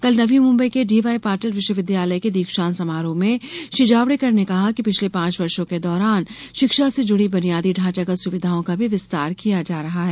कल नवी मुंबई के D Y Patil विश्वविद्यालय के दीक्षांत समारोह में श्री जावड़ेकर ने कहा कि पिछले पांच वर्षों के दौरान शिक्षा से जुड़ी बुनियादी ढांचागत सुविधाओं का भी विस्तार किया जा रहा है